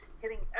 hitting